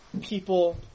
people